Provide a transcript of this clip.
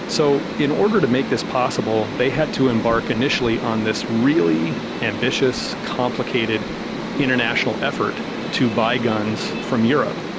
so in order to make this possible they had to embark initially on this really ambitious, complicated international effort to buy guns from europe,